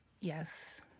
Yes